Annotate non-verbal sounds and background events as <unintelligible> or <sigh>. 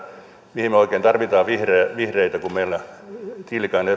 mihin me oikein tarvitsemme vihreitä vihreitä kun meillä ministeri tiilikainen <unintelligible>